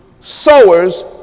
Sowers